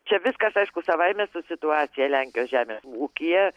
čia viskas aišku savaime su situacija lenkijos žemės ūkyje